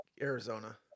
Arizona